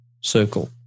circle